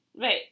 Right